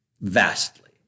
Vastly